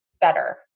better